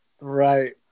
Right